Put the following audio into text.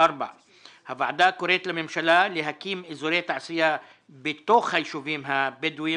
הוועדה קוראת לממשלה להקים אזורי תעשייה בתוך היישובים הבדואים